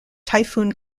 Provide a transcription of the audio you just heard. typhoon